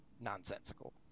nonsensical